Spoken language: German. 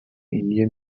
indien